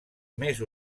més